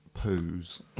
poos